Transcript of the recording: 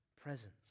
presence